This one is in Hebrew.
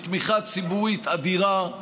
מתמיכה ציבורית אדירה,